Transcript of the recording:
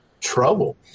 trouble